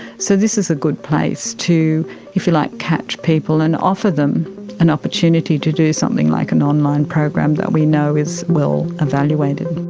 so this is a good place to like catch people and offer them an opportunity to do something like an online program that we know is well evaluated.